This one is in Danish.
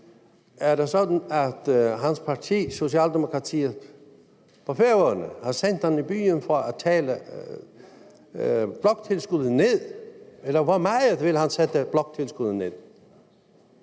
Er det sådan, at hans parti, Socialdemokratiet på Færøerne, har sendt ham i byen for at tale bloktilskuddet ned, eller hvor meget vil han sætte bloktilskuddet ned?